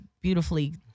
beautifully